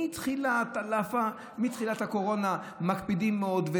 מתחילת הקורונה מקפידים מאוד,